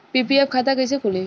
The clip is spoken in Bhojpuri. पी.पी.एफ खाता कैसे खुली?